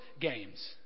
games